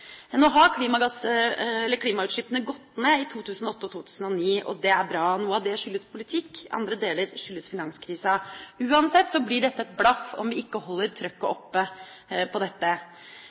Nå har klimagassutslippene gått ned i 2008 og 2009, og det er bra. Noe av det skyldes politikk, andre deler skyldes finanskrisa. Uansett blir dette et blaff om vi ikke holder trøkket oppe på dette.